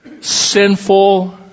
sinful